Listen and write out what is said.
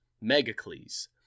Megacles